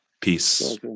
peace